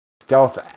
stealth